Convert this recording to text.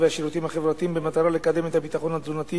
והשירותים החברתיים במטרה לקדם את הביטחון התזונתי